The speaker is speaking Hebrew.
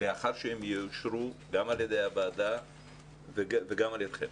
לאחר שהם יאושרו גם על ידי הוועדה וגם על ידכם,